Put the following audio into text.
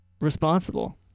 responsible